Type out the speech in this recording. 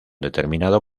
determinado